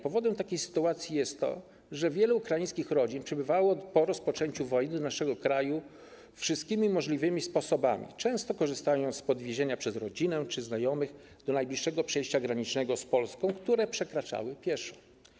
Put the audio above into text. Powodem takiej sytuacji jest to, że wiele ukraińskich rodzin przybywało po rozpoczęciu wojny do naszego kraju wszystkimi możliwymi sposobami, często korzystając z podwiezienia przez rodzinę czy znajomych do najbliższego przejścia granicznego z Polską, które już te osoby przekraczały pieszo.